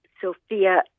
Sophia